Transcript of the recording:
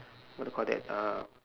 what to call that uh